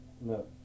No